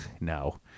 no